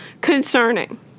Concerning